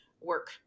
work